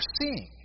seeing